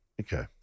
Okay